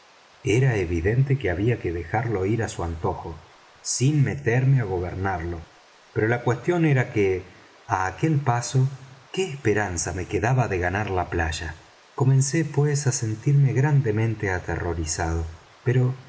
era evidente que había que dejarlo ir á su antojo sin meterme á gobernarlo pero la cuestión era que á aquel paso qué esperanza me quedaba de ganar la playa comencé pues á sentirme grandemente aterrorizado pero